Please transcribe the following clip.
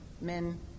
Men